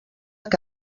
que